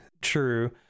true